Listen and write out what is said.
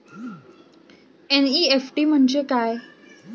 NEFT म्हणजे काय?